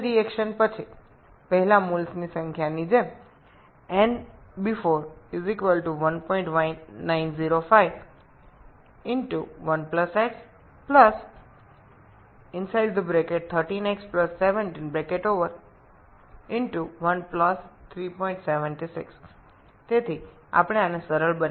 যেমন আগের মোলের সংখ্যার nbefore 11905 1 x 13x 17 1 376 সুতরাং আমরা এটি সহজ করতে পারি এগুলি রাসায়নিক বিক্রিয়ার আগে উপস্থিত মোলের সংখ্যা